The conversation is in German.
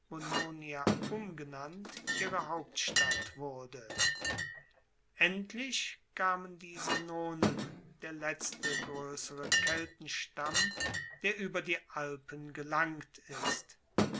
umgenannt ihre hauptstadt wurde endlich kamen die senonen der letzte groessere keltenstamm der ueber die alpen gelangt ist